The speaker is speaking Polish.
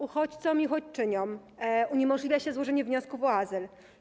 Uchodźcom i uchodźczyniom uniemożliwia się złożenie wniosków o azyl.